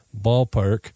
ballpark